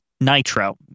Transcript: nitro